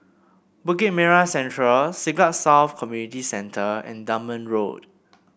Bukit Merah Central Siglap South Community Centre and Dunman Road